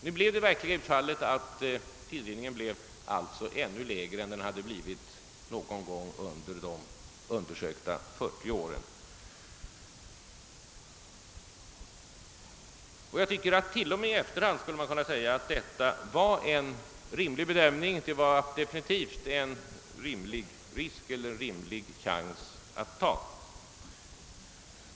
Nu blev emellertid tillrinningen lägre än den varit någon gång under de undersökta 40 åren. T.o.m. i efterhand kan man göra gällande att den bedömning som gjordes var rimlig. Man tog en definitivt acceptabel risk.